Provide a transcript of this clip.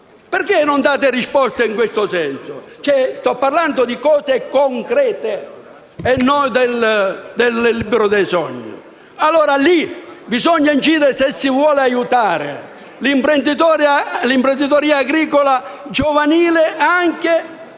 Perché non date risposte in tal senso? Sto parlando di cose concrete e non del libro dei sogni. Lì bisogna dunque incidere, se si vuole aiutare l'imprenditoria agricola giovanile, anche